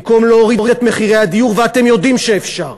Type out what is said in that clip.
במקום להוריד את מחירי הדיור, ואתם יודעים שאפשר,